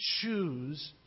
choose